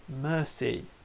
mercy